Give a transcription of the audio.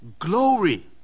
glory